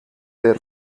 their